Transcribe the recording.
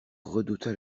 redouta